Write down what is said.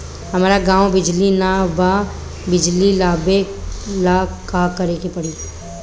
हमरा गॉव बिजली न बा बिजली लाबे ला का करे के पड़ी?